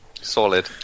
solid